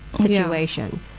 situation